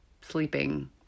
sleeping